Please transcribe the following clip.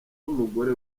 w’umugore